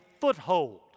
foothold